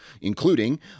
including